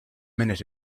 minute